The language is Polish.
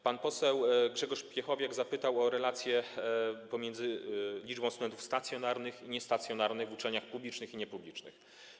Pan poseł Grzegorz Piechowiak zapytał o relacje pomiędzy liczbą studentów stacjonarnych i niestacjonarnych w uczelniach publicznych i niepublicznych.